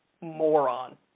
moron